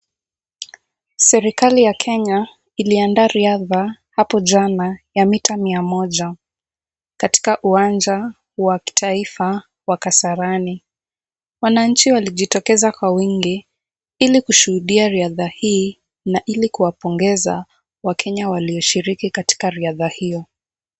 Serikali ya Kenya ,iliandaa riadha hapo jana ya mita mia moja katika uwanja wa kitaifa wa Kasarani. Wananchi walijitokeza kwa wingi ili kushuhudia riadha hii na ili kuwapongeza wakenya walioshiriki katika riadha hiyo.